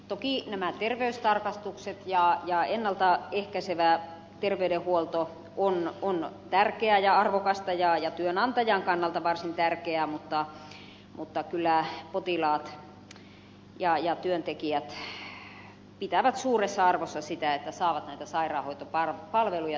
toki nämä terveystarkastukset ja ennalta ehkäisevä terveydenhuolto ovat tärkeää ja arvokasta ja työnantajan kannalta varsin tärkeää toimintaa mutta kyllä työntekijät pitävät suuressa arvossa sitä että saavat näitä sairaanhoitopalveluja työterveyshuollosta